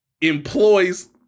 employs